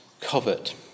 covet